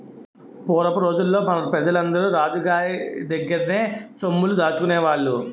పూరపు రోజుల్లో మన పెజలందరూ రాజు గోరి దగ్గర్నే సొమ్ముల్ని దాసుకునేవాళ్ళు